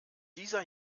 dieser